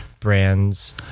brands